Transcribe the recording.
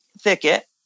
thicket